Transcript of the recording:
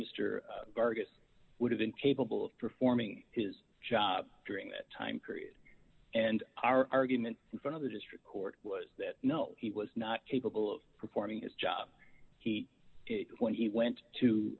mr gargan would have been capable of performing his job during that time period and our argument in front of the district court was that no he was not capable of performing his job he when he went to